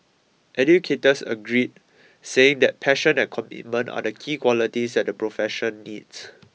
educators agreed saying that passion and commitment are the key qualities that the profession needs